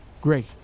Great